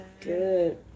Good